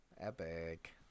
Epic